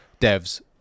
devs